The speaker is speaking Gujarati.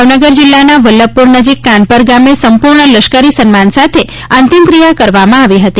ભાવનગર જિલ્લાના વલ્લભપુર નજીક કાનપર ગામે સંપૂર્ણ લશ્કરી સન્માન સાથે અંતિમક્રિયા કરવામાં આવી હતી